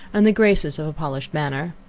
and the graces of a polished manner.